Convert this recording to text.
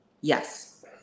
Yes